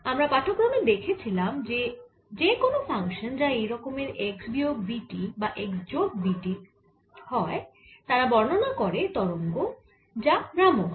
আমরা পাঠক্রমে দেখেছিলাম যে কোন ফাংশান যা এই রকমের x বিয়োগ v t বা x যোগ v t বর্ণনা করে তরঙ্গ কে যা ভ্রাম্যমাণ